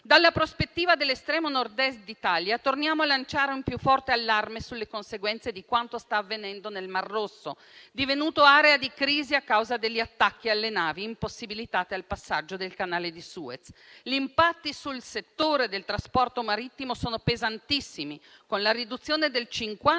Dalla prospettiva dell'estremo Nord-Est d'Italia, torniamo a lanciare un più forte allarme sulle conseguenze di quanto sta avvenendo nel Mar Rosso, divenuto area di crisi a causa degli attacchi alle navi, impossibilitate al passaggio del Canale di Suez. Gli impatti sul settore del trasporto marittimo sono pesantissimi, con la riduzione del 50